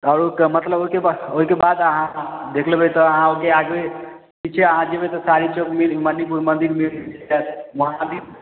कारुके मतलब ओइके बाद ओइके बाद आहाँ देख लेबै तऽ अहाँ ओइके आगुवे ठीक छै अहाँ जेबै तऽ साहिल चौक मणिपुर मन्दिर मिल जायत वहाँ मन्दिर